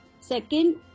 Second